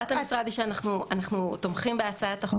אנו תומכים בהצעת החוק.